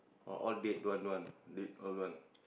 ah all date one one date all one